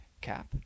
cap